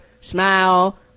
smile